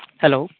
hello